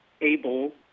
able